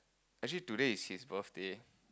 actually today is his birthday